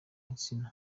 insina